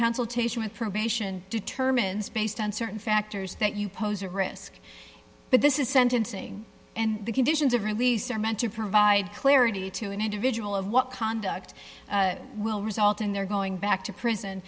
consultation with probation determines based on certain factors that you pose a risk but this is sentencing and the conditions of release are meant to provide clarity to an individual of what conduct will result in their going back to prison